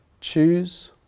choose